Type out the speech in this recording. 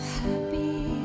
happy